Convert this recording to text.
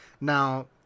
Now